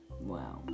Wow